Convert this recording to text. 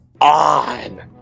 on